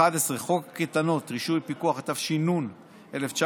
11. חוק הקייטנות (רישוי ופיקוח), התש"ן 1990,